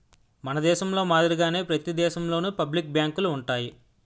మన దేశంలో మాదిరిగానే ప్రతి దేశంలోనూ పబ్లిక్ బ్యాంకులు ఉంటాయి